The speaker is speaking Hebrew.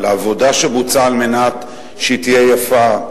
לעבודה שבוצעה על מנת שתהיה יפה,